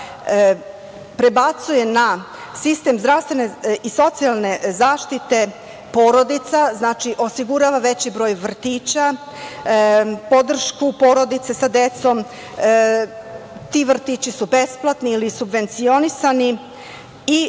prebacuje na sistem zdravstvene i socijalne zaštite porodica, znači, osigurava veći broj vrtića, podršku porodice sa decom, ti vrtići su besplatni ili subvencionisani i